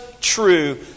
true